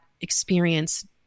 experience